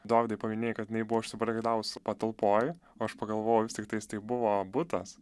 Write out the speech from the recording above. dovydai paminėjai kad jinai buvo užsibarikadavusi patalpoj o aš pagalvojau vis tiktais tai buvo butas